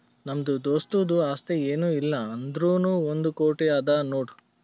ನಮ್ದು ದೋಸ್ತುಂದು ಆಸ್ತಿ ಏನ್ ಇಲ್ಲ ಅಂದುರ್ನೂ ಒಂದ್ ಕೋಟಿ ಅದಾ ನೋಡ್